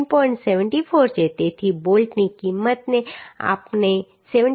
74 છે તેથી બોલ્ટની કિંમતને આપણે 74